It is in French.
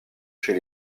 chez